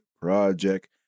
project